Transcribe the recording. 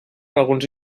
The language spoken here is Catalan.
alguns